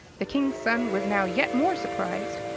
the king's son was now yet more surprised,